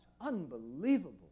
Unbelievable